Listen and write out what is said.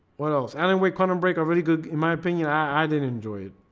what else anyway quantum break are really good in my opinion i didn't enjoy it.